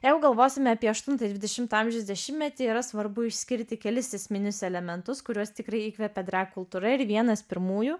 jeigu galvosime apie aštuntąjį dvidešimto amžiaus dešimtmetį yra svarbu išskirti kelis esminius elementus kuriuos tikrai įkvėpia drag kultūra ir vienas pirmųjų